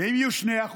אם יהיו 2%,